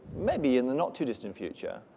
maybe in the not-too-distant future,